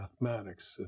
mathematics